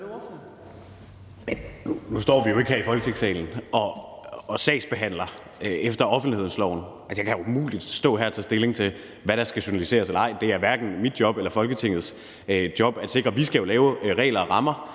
Nu står vi jo ikke her i Folketingssalen og sagsbehandler efter offentlighedsloven. Jeg kan umuligt stå her og tage stilling til, hvad der skal journaliseres eller ej. Det er hverken mit job eller Folketingets job at sikre. Vi skal lave regler og rammer